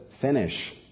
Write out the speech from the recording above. finish